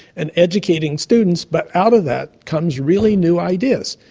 and educating students, but out of that comes really new ideas.